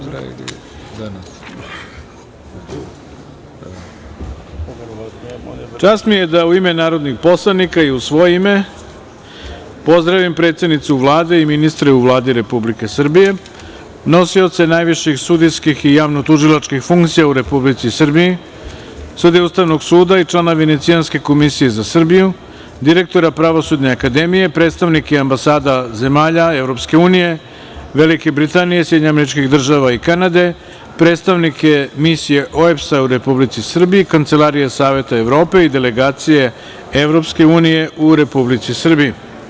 Čast mi je da u ime narodnih poslanika i u svoje ime pozdravim predsednicu Vlade i ministre u Vladi Republike Srbije, nosioce najviših sudijskih i javnotužilačkih funkcija u Republici Srbiji, sudije Ustavnog suda i člana Venecijanske komisije za Srbiju, direktora Pravosudne akademije, predstavnike ambasada zemalja EU, Velike Britanije, SAD i Kanade, predstavnike Misije OEBS-a u Republici Srbiji, Kancelarije Saveta Evrope i delegacije EU u Republici Srbiji.